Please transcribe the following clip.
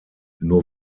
nur